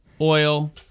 oil